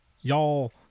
y'all